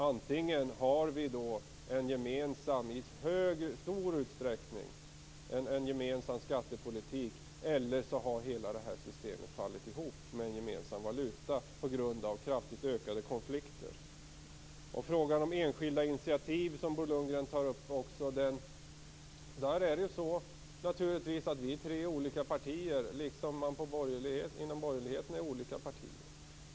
Antingen har vi en i stor utsträckning gemensam skattepolitik, eller också har hela systemet med en gemensam valuta fallit ihop; detta på grund av kraftigt ökade konflikter. Bo Lundgren tar upp är det naturligtvis så att vi är fråga om tre olika partier, liksom det inom borgerligheten finns olika partier.